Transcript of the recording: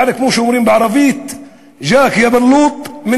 יעני כמו שאומרים בערבית (אומר פתגם בשפה הערבית,